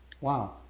Wow